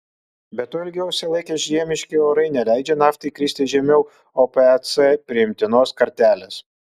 be to ilgiau užsilaikę žiemiški orai neleidžia naftai kristi žemiau opec priimtinos kartelės